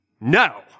No